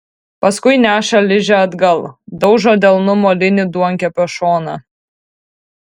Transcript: paskui neša ližę atgal daužo delnu molinį duonkepio šoną